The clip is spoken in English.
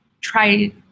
try